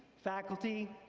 faculty,